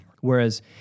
Whereas